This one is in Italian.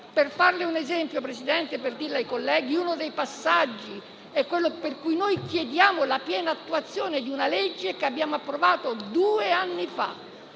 Per fare un esempio, signora Presidente e dirlo ai colleghi, uno dei passaggi è quello per cui noi chiediamo la piena attuazione di una legge che abbiamo approvato due anni fa.